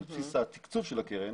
על בסיס התקצוב של הקרן,